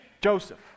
Joseph